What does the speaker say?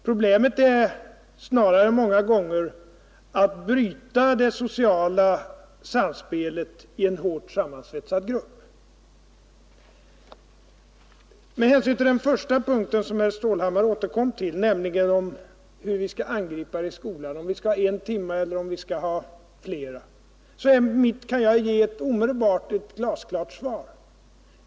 Problemet är många gånger snarare att bryta det sociala samspelet i en hårt sammansvetsad grupp. Beträffande den första punkten, som herr Stålhammar återkom till, nämligen hur vi skall angripa problemet i skolan, om vi skall ha en timme eller om vi skall ha flera, så kan jag ge ett omedelbart och glasklart svar.